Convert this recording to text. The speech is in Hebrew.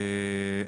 יפה מאוד.